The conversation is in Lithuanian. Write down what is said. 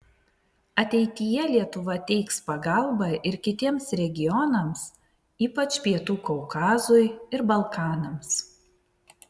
ateityje lietuva teiks pagalbą ir kitiems regionams ypač pietų kaukazui ir balkanams